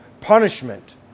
punishment